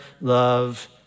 love